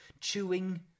Chewing